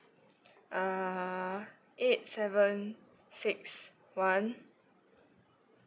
err eight seven six one